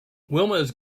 wilma’s